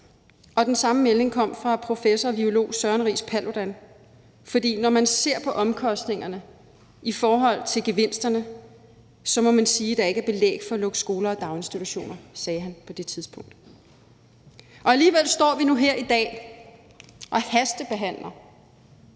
Den samme melding kom fra professor og virulog Søren Riis Paludan, for når man ser på omkostningerne i forhold til gevinsterne, må man sige, at der ikke er belæg for at lukke skoler og daginstitutioner. Det sagde han på det tidspunkt. Alligevel står vi nu her i dag og hastebehandler